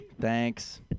Thanks